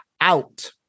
out